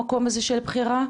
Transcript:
במקום הזה של בחירה,